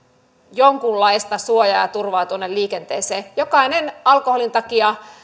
jonkunlaista suojaa ja turvaa tuonne liikenteeseen jokaisen alkoholin takia